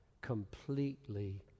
completely